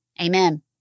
Amen